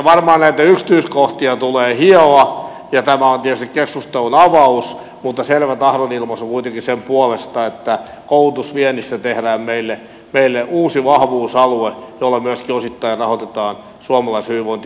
varmaan näitä yksityiskohtia tulee hioa ja tämä on tietysti keskustelun avaus mutta selvä tahdonilmaisu kuitenkin sen puolesta että koulutusviennistä tehdään meille uusi vahvuusalue jolla myöskin osittain rahoitetaan suomalaisen hyvinvointiyhteiskunnan jatkoa